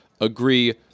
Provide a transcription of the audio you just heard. agree